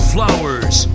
Flowers